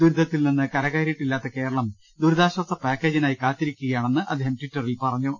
ദുരിതത്തിൽ നിന്ന് കര കയറിയിട്ടില്ലാത്ത കേരളം ദുരിതാശാസപാക്കേജിനായി കാത്തിരിക്കുകയാണെന്ന് അദ്ദേഹം ടിറ്ററിൽ പറഞ്ഞു